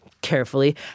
carefully